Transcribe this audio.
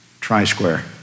tri-square